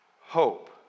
hope